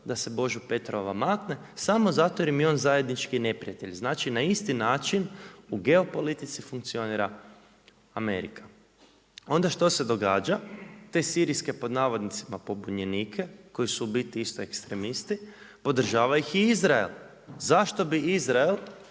da se Božu Petrova makne, samo zato jer im je on zajednički neprijatelj. Znači na isti način u geopolitici funkcionira Amerika. Onda što se događa? Te Sirijske „pobunjenike“ koji su u biti isto ekstremnisti, podržava ih i Izrael. Zašto bi Izrael,